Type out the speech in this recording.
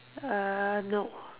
uh no